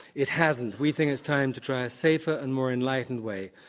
it hasn't. we think it's time to try a safer and more enlightened way.